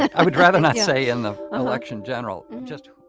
i would rather not say in the election general, just.